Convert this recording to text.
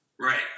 Right